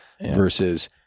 versus